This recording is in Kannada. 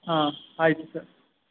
ಹಾಂ ಆಯಿತು ಸರ್